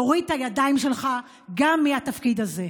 תוריד את הידיים שלך גם מהתפקיד הזה.